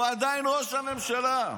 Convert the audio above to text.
הוא עדיין ראש הממשלה.